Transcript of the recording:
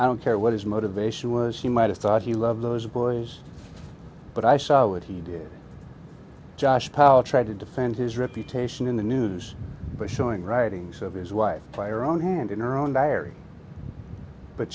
i don't care what his motivation was he might have thought he loved those boys but i saw what he did josh powell tried to defend his reputation in the news but showing writings of his wife player on hand in her own diary but